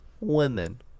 women